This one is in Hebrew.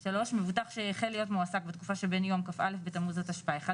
3. מבוטח שיחל להיות מועסק בתקופה שבין יום כ"א בתמוז התשפ"א 1